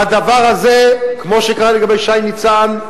בדבר הזה, כמו שקרה לגבי שי ניצן,